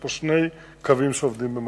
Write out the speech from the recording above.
יש פה שני קווים שעובדים במקביל,